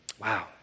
Wow